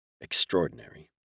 Extraordinary